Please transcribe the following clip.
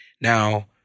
Now